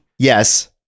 Yes